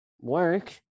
work